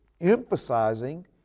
emphasizing